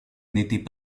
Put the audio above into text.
n’était